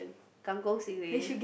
kangkong stingray